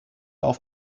auf